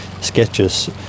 sketches